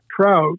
trout